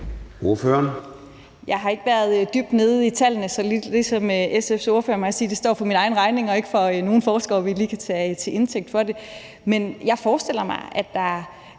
Rod (RV): Jeg har ikke været dybt nede i tallene, så lidt ligesom SF's ordfører må jeg sige, at det står for min egen regning, og at jeg ikke kan tage nogen forskere til indtægt for det. Men jeg forestiller mig, at der